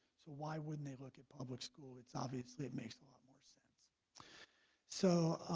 so why wouldn't they look at public school? it's obviously it makes a lot more sense so